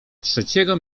trzeciego